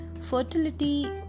fertility